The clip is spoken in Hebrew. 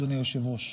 אדוני היושב-ראש.